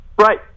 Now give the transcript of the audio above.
Right